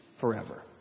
forever